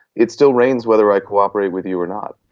it still rains whether i cooperate with you or not.